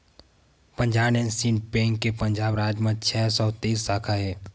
Punjab and Sindh bank के पंजाब राज म छै सौ तेइस साखा हे